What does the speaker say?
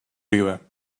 river